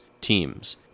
teams